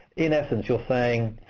in essence you're saying,